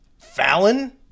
Fallon